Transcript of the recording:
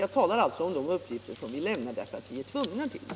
— Jag talar alltså om de uppgifter som vi lämnar därför att vi är tvungna till det.